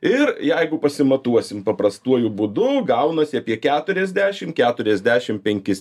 ir jeigu pasimatuosim paprastuoju būdu gaunasi apie keturiasdešimt keturiasdešimt penkis